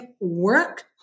work